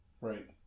Right